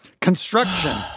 Construction